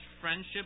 friendship